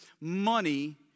money